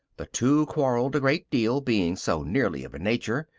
the two quarreled a great deal, being so nearly of a nature.